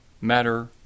matter